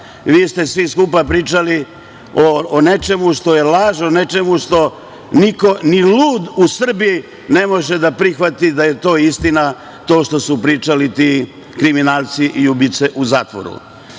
vi ste svi skupa pričali o nečemu što je laž, o nečemu što niko ni lud u Srbiji ne može da prihvati da je to istina to što su pričali ti kriminalci i ubice u zatvoru.